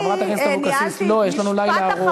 חברת הכנסת אבקסיס, לא, יש לנו לילה ארוך.